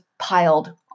Piled